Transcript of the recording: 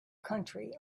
country